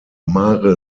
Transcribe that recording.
mare